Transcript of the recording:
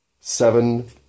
seven